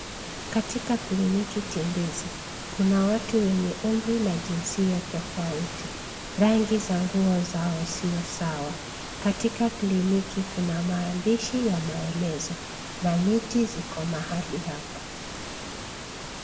Katika kliniki tembezi kuna watu wenye umri na jinsia tofauti. Rangi za nguo zao sio sawa. Katika kliniki kuna maandishi ya maelezo. Na miti ziko mahali hapa.